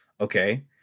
Okay